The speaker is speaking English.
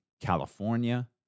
California